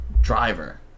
driver